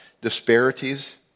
disparities